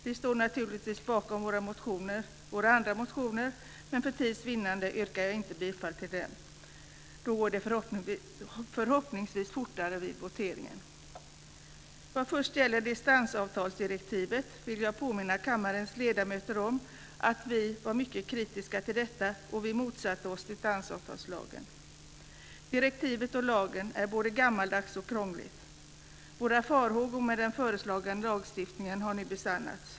Vi står naturligtvis bakom våra andra reservationer, men för tids vinnande yrkar jag inte bifall till dem. Det går då förhoppningsvis fortare vid voteringen. Vad först gäller distansavtalsdirektivet vill jag påminna kammarens ledamöter om att vi är mycket kritiska till detta och att vi motsatte oss distansavtalslagen. Direktivet och lagen är både gammaldags och krångliga. Våra farhågor kring den föreslagna lagstiftningen har nu besannats.